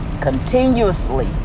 continuously